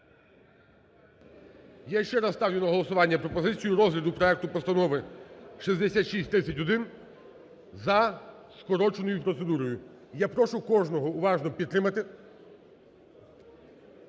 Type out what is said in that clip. я ще раз ставлю на голосування пропозицію розгляду проекту Постанови 6631 за скороченою процедурою. Я прошу кожного уважно підтримати